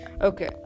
Okay